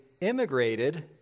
immigrated